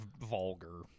vulgar